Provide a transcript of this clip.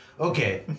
Okay